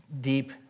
deep